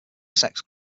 sex